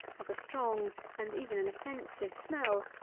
has a strong and even an offensive smell,